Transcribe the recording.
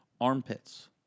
Armpits